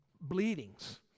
Bleedings